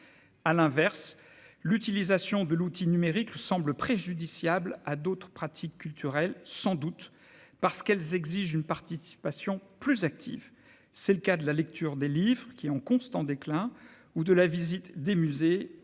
à l'inverse, l'utilisation de l'outil numérique semble préjudiciable à d'autres pratiques culturelles, sans doute parce qu'elles exigent une participation plus active, c'est le cas de la lecture des livres qui en constant déclin ou de la visite des musées